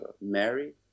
Mary